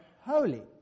holy